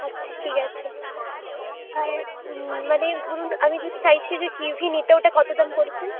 আচ্ছা ঠিক আছে আর মানে ধরুন আমি যদি চাইছি যে কিউই নিতে ওটা কত দাম পড়ছে